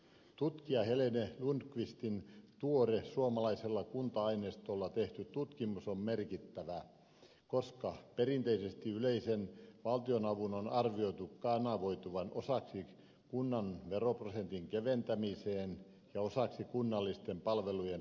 tutkija helene lundqvistin tuore suomalaisella kunta aineistolla tehty tutkimus on merkittävä koska perinteisesti yleisen valtionavun on arvioitu kanavoituvan osaksi kunnan veroprosentin keventämiseen ja osaksi kunnallisten palvelujen rahoittamiseen